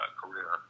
career